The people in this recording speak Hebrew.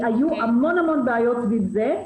היו המון המון בעיות סביב זה.